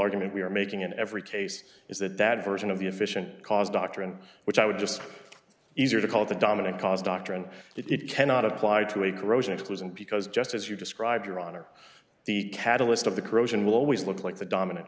argument we are making in every case is that that version of the efficient cause doctrine which i would just easier to call the dominant cause doctrine it cannot apply to a corrosion it was and because just as you describe your honor the catalyst of the corrosion will always look like the dominant